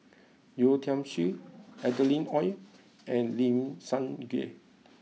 Yeo Tiam Siew Adeline Ooi and Lim Sun Gee